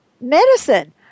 medicine